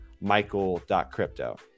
michael.crypto